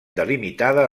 delimitada